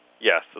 Yes